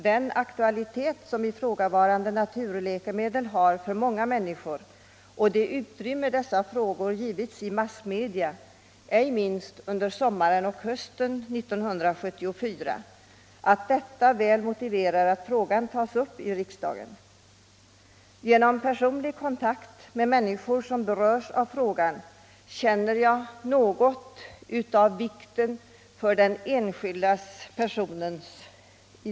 Den aktualitet som ifrågavarande naturläkemedel har för många människor och det utrymme som dessa frågor har givits i massmedia, inte minst under sommaren och hösten 1974, motiverar mycket väl att frågan tas upp i riksdagen. Genom personlig kontakt med människor som berörs av frågan känner jag dess vikt för enskilda.